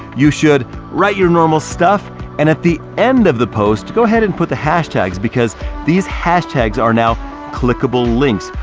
you should write your normal stuff and at the end of the post, go ahead and put the hashtags because these hashtags are now clickable links.